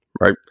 Right